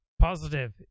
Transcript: positive